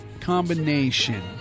combination